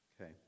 Okay